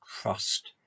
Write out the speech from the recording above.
trust